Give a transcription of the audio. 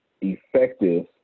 Effective